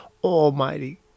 almighty